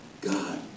God